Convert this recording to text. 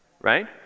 right